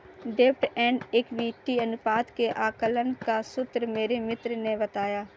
डेब्ट and equity अनुपात के आकलन का सूत्र मेरे मित्र ने बताया